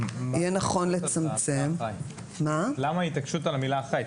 יהיה נכון לצמצם --- למה ההתעקשות על המילה אחראי?